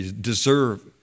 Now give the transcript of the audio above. deserve